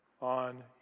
on